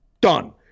Done